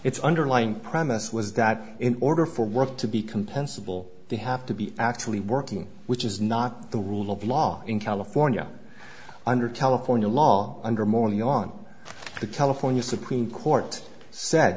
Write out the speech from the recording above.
its underlying premise was that in order for work to be compensable they have to be actually working which is not the rule of law in california under california law under morning on the california supreme court said